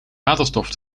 waterstof